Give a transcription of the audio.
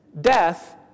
death